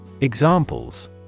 Examples